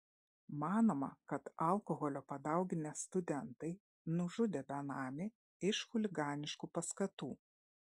manoma kad alkoholio padauginę studentai nužudė benamį iš chuliganiškų paskatų